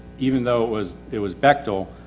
even though it was, it was bechtel,